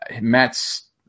Matt's